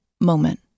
moment